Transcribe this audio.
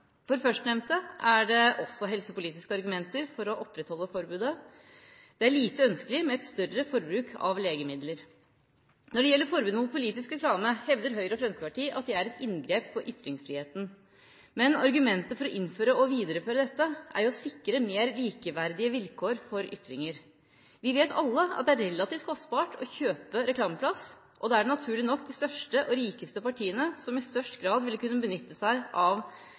For førstnevnte er det også helsepolitiske argumenter for å opprettholde forbudet. Det er lite ønskelig med et større forbruk av legemidler. Når det gjelder forbudet mot politisk reklame, hevder Høyre og Fremskrittspartiet at det er et inngrep i ytringsfriheten. Men argumentet for å innføre og videreføre dette er jo å sikre mer likeverdige vilkår for ytringer. Vi vet alle at det er relativt kostbart å kjøpe reklameplass, og da er det naturlig nok de største og rikeste partiene som i størst grad vil kunne benytte seg av